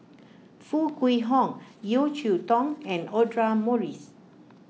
Foo Kwee Horng Yeo Cheow Tong and Audra Morrice